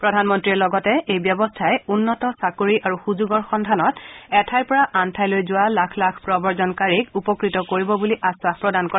প্ৰধানমন্ত্ৰীয়ে লগতে এই ব্যৱস্থাই উন্নত চাকৰি আৰু সুযোগৰ সন্ধানত এঠাইৰ পৰা আন ঠাইলৈ যোৱা লাখ লাখ প্ৰৱজনকাৰীক উপকৃত কৰিব বুলি আধাস প্ৰদান কৰে